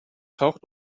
taucht